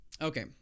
Okay